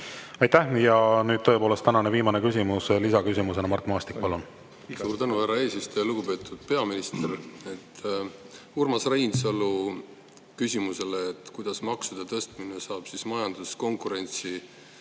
Aitäh! Ja nüüd tõepoolest tänane viimane küsimus lisaküsimusena. Mart Maastik, palun! Suur tänu, härra eesistuja! Lugupeetud peaminister! [Vastuseks] Urmas Reinsalu küsimusele, kuidas maksude tõstmine saab majanduskonkurentsi